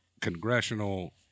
congressional